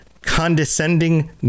condescending